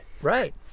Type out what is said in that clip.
Right